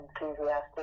enthusiastic